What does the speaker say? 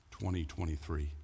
2023